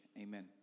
Amen